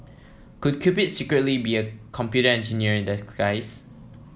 could Cupid secretly be a computer engineer in disguise